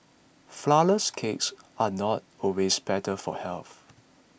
Flourless Cakes are not always better for health